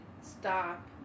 stop